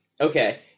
Okay